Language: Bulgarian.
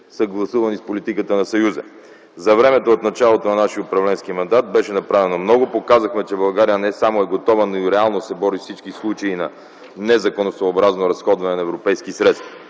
съгласувани с политиката на Съюза. За времето от началото на нашия управленски мандат беше направено много. Показахме, че България не само е готова, но и реално се бори с всички случаи на незаконосъобразно разходване на европейски средства.